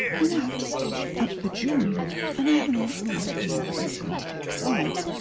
and have to stitch up the joins and i have an awful lot of more hand sewing to do besides.